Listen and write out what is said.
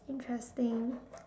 interesting